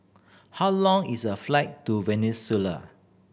how long is the flight to Venezuela